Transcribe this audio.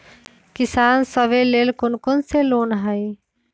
किसान सवे लेल कौन कौन से लोने हई?